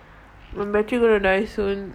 my battery gonna die soon